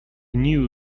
knew